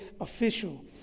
Official